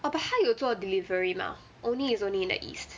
oh but 她有做 delivery mah only is only in the east